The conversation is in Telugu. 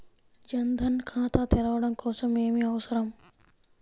జన్ ధన్ ఖాతా తెరవడం కోసం ఏమి అవసరం?